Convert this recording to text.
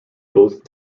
both